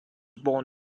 born